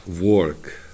work